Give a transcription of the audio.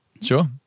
Sure